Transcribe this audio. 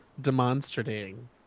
demonstrating